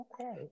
okay